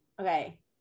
okay